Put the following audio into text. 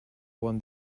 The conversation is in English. won